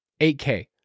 8K